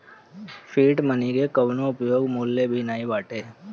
fiat money के कवनो उपयोग मूल्य भी नाइ बाटे